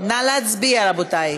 נא להצביע, רבותי.